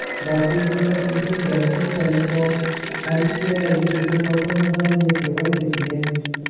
राष्ट्रीय बीमा company banking, telecom, healthcare, education, automobile में सेवाएं देती है